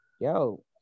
yo